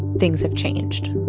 things have changed.